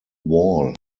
wall